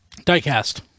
Diecast